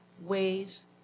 ways